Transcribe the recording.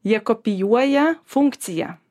jie kopijuoja funkciją